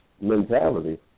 mentality